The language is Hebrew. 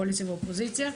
קואליציה ואופוזיציה,